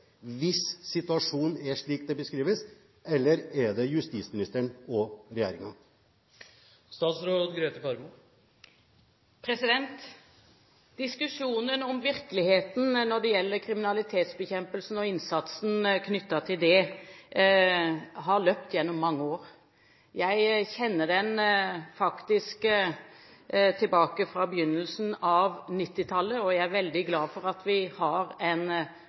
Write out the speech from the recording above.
hvis situasjonen er slik den beskrives, eller er det justisministeren og regjeringen? Diskusjonen om virkeligheten når det gjelder kriminalitetsbekjempelse og innsatsen knyttet til det, har løpt gjennom mange år. Jeg kjenner den faktisk tilbake til begynnelsen av 1990-tallet. Jeg er veldig glad for at vi har en